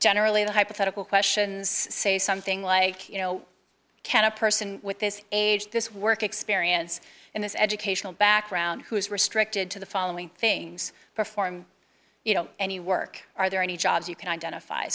generally the hypothetical questions say something like you know can a person with this age this work experience in his educational background who's restricted to the following things perform you know any work are there any jobs you can identify